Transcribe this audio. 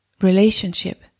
relationship